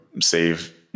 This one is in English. save